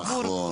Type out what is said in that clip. נכון.